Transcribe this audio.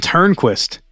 Turnquist